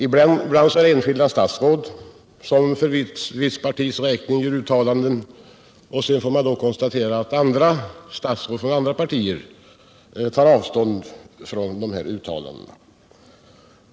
Ibland är det enskilda statsråd som för visst partis räkning gör uttalanden, och sedan får man då konstatera att andra statsråd från andra partier tar avstånd från de här uttalandena.